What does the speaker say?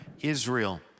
Israel